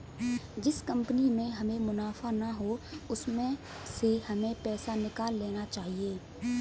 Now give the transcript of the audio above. जिस कंपनी में हमें मुनाफा ना हो उसमें से हमें पैसे निकाल लेने चाहिए